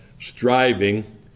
striving